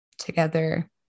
Together